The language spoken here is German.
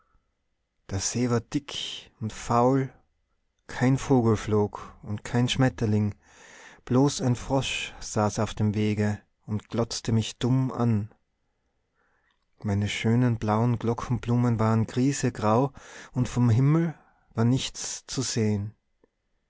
der see war dick und faul kein vogel flog und kein schmetterling blos ein frosch saß auf dem wege und glotzte mich dumm an meine schönen blauen glockenblumen waren griesegrau und vom himmel war nichts zu sehen